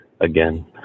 Again